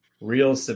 real